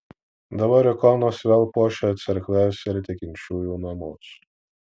dabar ikonos vėl puošia cerkves ir tikinčiųjų namus